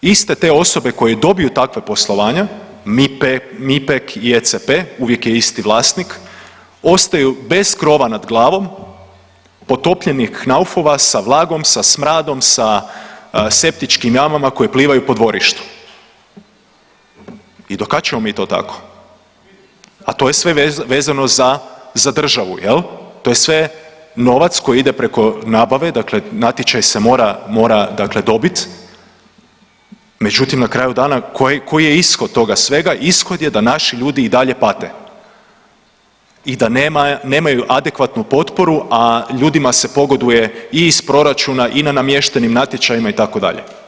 Iste te osobe koje dobiju takva poslovanja MIPEK i ECP, uvijek je isti vlasnik, ostaju bez krova nad glavom, potopljenih knaufova, sa vlagom, sa smradom, sa septičkim jamama koje plivaju po dvorištu i do kad ćemo mi to tako, a to je sve vezano za, za državu jel, to je sve novac koji ide preko nabave, dakle natječaj se mora, mora dakle dobit, međutim na kraju dana koji, koji je ishod toga svega, ishod je da naši ljudi i dalje pate i da nemaju adekvatnu potporu, a ljudima se pogoduje i iz proračuna i na namještenim natječajima itd.